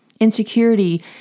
Insecurity